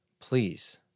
please